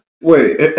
Wait